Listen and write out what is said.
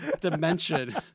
dimension